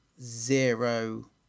Zero